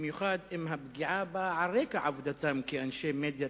במיוחד אם הפגיעה באה על רקע עבודתם כאנשי מדיה,